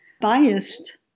biased